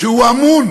שאמון